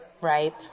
right